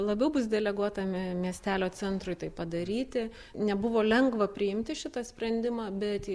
labiau bus deleguota mie miestelio centrui tai padaryti nebuvo lengva priimti šitą sprendimą bet jį